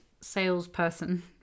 salesperson